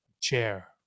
chair